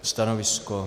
Stanovisko?